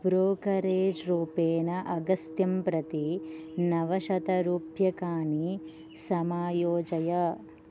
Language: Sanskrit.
ब्रोकरेज् रूपेण अगस्त्यं प्रति नवशतरूप्यकाणि समायोजय